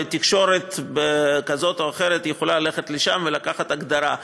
ותקשורת כזאת או אחרת יכולה ללכת לשם ולקחת הגדרה.